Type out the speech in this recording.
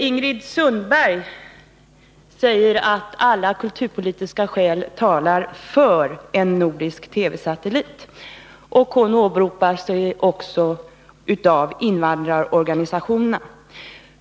Ingrid Sundberg säger att alla kulturpolitiska skäl talar för en nordisk TV-satellit, och hon åberopar bl.a. invandrarorganisationerna.